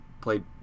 played